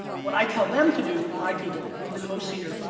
what i tell them to do, my people, even the most senior,